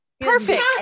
Perfect